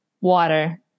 Water